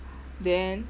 then